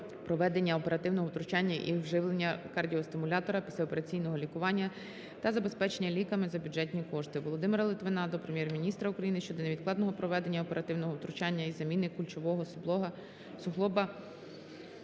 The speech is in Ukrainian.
проведення оперативного втручання з вживляння кардіостимулятора, післяопераційного лікування та забезпечення ліками за бюджетні кошти. Володимира Литвина до Прем'єр-міністра України щодо невідкладного проведення оперативного втручання з заміни кульшового суглоба,